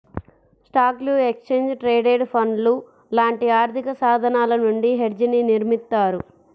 స్టాక్లు, exchange traded ఫండ్లు లాంటి ఆర్థికసాధనాల నుండి హెడ్జ్ని నిర్మిత్తారు